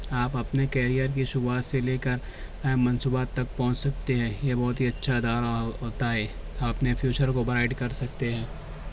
آپ اپنے کیرئر کی شروعات سے لے کر منصوبات تک پہنچ سکتے ہیں یہ بہت ہی اچھا ادارہ ہوتا ہے اپنے فیوچر کو برائٹ کر سکتے ہیں